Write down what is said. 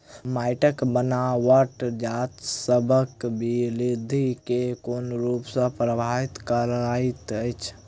माइटक बनाबट गाछसबक बिरधि केँ कोन रूप सँ परभाबित करइत अछि?